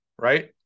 right